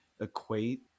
equate